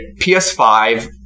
PS5